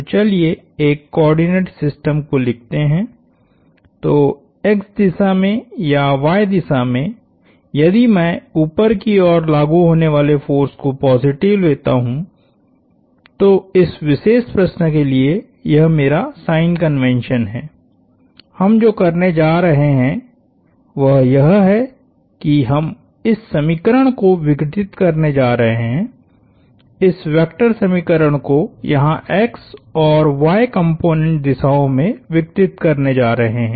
तोचलिए एक coordinate system को लिखते हैं तो x दिशा में या y दिशा में यदि मैं ऊपर की ओर लागु होने वाले फोर्स को पॉजिटिव लेता हूं तो इस विशेष प्रश्न के लिए यह मेरा साइन कन्वेंशन है हम जो करने जा रहे हैं वह यह है कि हम इस समीकरण को विघटित करने जा रहे हैं इस वेक्टर समीकरण को यहां x और y कॉम्पोनेन्ट दिशाओं में विघटित करने जा रहे हैं